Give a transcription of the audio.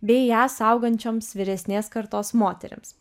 bei ją saugančioms vyresnės kartos moterims